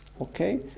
okay